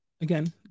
again